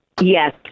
yes